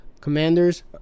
commanders